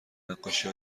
نقاشی